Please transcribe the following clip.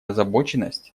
озабоченность